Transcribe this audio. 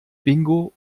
bingo